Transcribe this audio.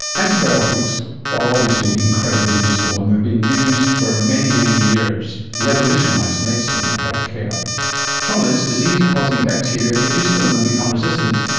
antibiotics are obviously incredibly useful and they have been used for many, many years, revolutionised medicine and healthcare. the trouble is, disease-causing bacteria get used to them and become resistant,